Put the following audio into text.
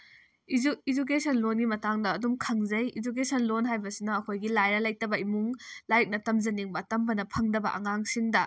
education ꯂꯣꯟꯒꯤ ꯃꯇꯥꯡꯗ ꯑꯗꯨꯝ ꯈꯪꯖꯩ ꯏꯖꯨꯀꯦꯁꯟ ꯂꯣꯟ ꯍꯥꯏꯕꯁꯤꯅ ꯑꯩꯈꯣꯏꯒꯤ ꯂꯥꯏꯔ ꯂꯩꯇꯕ ꯏꯃꯨꯡ ꯂꯥꯏꯔꯤꯛꯅ ꯇꯝꯖꯅꯤꯡꯕ ꯇꯝꯕꯅ ꯐꯪꯗꯕ ꯑꯉꯥꯡꯁꯤꯡꯗ